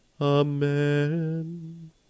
Amen